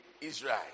Israel